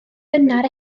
gynnar